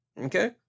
Okay